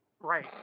Right